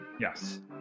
Yes